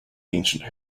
ancient